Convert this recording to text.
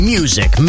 Music